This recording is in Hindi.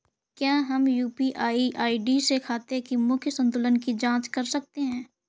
क्या हम यू.पी.आई आई.डी से खाते के मूख्य संतुलन की जाँच कर सकते हैं?